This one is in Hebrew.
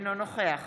אינו נוכח